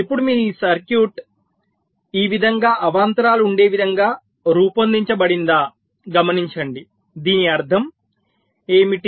ఇప్పుడు మీ సర్క్యూట్ ఈ విధంగా అవాంతరాలు ఉండే విధంగా రూపొందించబడిందా గమనించండి దీని అర్థం ఏమిటి